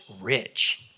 rich